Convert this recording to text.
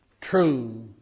true